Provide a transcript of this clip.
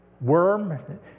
worm